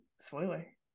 Spoiler